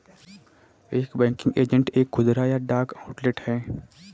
एक banking agent एक खुदरा या डाक आउटलेट है